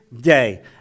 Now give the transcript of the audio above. day